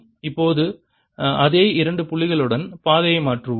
இப்போது அதே இரண்டு புள்ளிகளுடன் பாதையை மாற்றுவோம்